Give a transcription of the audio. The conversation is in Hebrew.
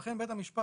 ולכן בית המשפט,